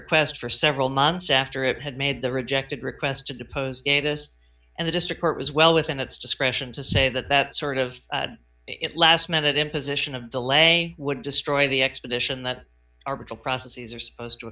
request for several months after it had made the rejected request to depose davis and the district court was well within its discretion to say that that sort of it last minute imposition of delay would destroy the expedition that arbuckle processes are supposed to